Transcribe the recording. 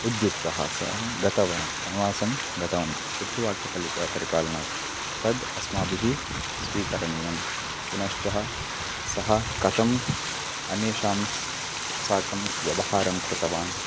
उद्युक्तः सः गतवान् वनवासं गतवान् पितृवाक्यपाल परिपालनार्थं तद् अस्माभिः स्वीकरणीयं पुनश्चः सः कथम् अन्येषां साकं व्यवहारं कृतवान्